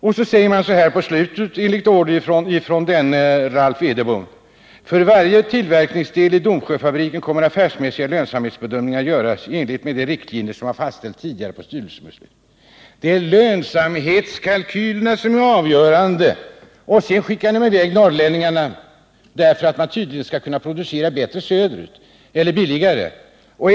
På slutet säger man på order från Ralph Edebo: ”För varje tillverkningsdel i Domsjöfabriken kommer affärsmässiga lönsamhetsbedömningar att göras i enlighet med de riktlinjer, som fastställts i styrelsebeslutet 1978-09-14.” Lönsamhetskalkylerna är avgörande, och sedan skickar man i väg norrlänningarna ut i arbetslöshet därför att man tydligen hoppas kunna producera billigare söderut.